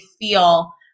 feel